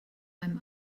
einem